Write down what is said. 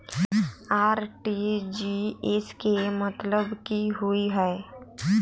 RTGS केँ मतलब की होइ हय?